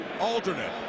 Alternate